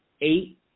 Eight